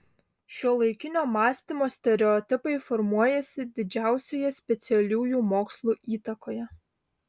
šiuolaikinio mąstymo stereotipai formuojasi didžiausioje specialiųjų mokslų įtakoje